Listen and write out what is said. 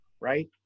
right